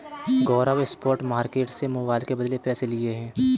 गौरव spot market से mobile के बदले पैसे लिए हैं